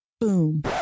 boom